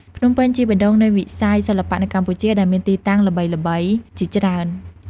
ភ្នំពេញជាបេះដូងនៃវិស័យសិល្បៈនៅកម្ពុជា ដែលមានទីតាំងល្បីៗជាច្រើន។